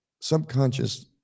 subconscious